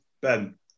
Ben